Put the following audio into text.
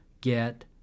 get